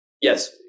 Yes